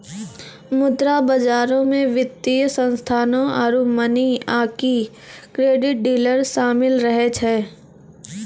मुद्रा बजारो मे वित्तीय संस्थानो आरु मनी आकि क्रेडिट डीलर शामिल रहै छै